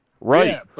Right